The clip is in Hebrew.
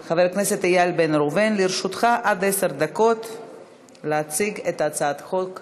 שרן השכל וחבר הכנסת ירון מזוז מבקשים להצטרף כתומכים להצעת החוק הנ"ל.